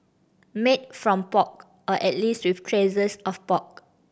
made from pork or at least with traces of pork